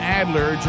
adler